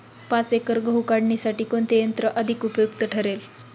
पाच एकर गहू काढणीसाठी कोणते यंत्र अधिक उपयुक्त ठरेल?